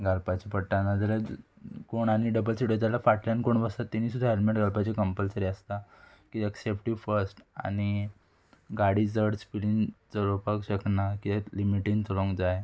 घालपाचें पडटा नाजाल्यार कोण आनी डबल सिटर जाल्यार फाटल्यान कोण बसता तिणी सुद्दां हॅल्मेट घालपाची कंपलसरी आसता कित्याक सेफ्टी फस्ट आनी गाडी चड स्पिडीन चलोवपाक शकना कित्याक लिमिटीन चलोंक जाय